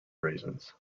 reasons